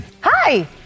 hi